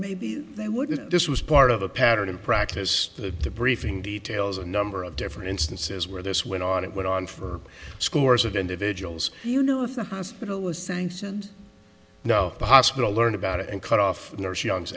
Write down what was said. maybe they wouldn't this was part of a pattern and practice the briefing details a number of different instances where this went on it went on for scores of individuals you know if the hospital was sanctioned no the hospital learned about it and cut off